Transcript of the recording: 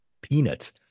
peanuts